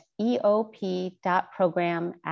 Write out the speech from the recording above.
eop.program